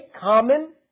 common